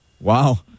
Wow